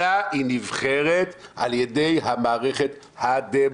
אלא היא נבחרת על ידי המערכת הדמוקרטית.